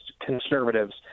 conservatives